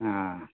हँ